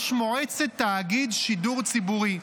יש מועצת תאגיד שידור ציבורי,